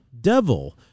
devil